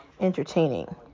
entertaining